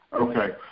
Okay